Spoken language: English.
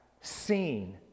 seen